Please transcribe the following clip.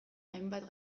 hainbat